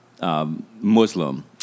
Muslim